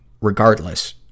Regardless